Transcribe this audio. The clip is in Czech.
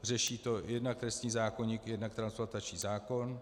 Řeší to jednak trestní zákoník, jednak transplantační zákon.